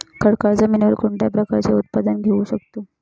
खडकाळ जमिनीवर कोणत्या प्रकारचे उत्पादन घेऊ शकतो?